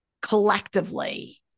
collectively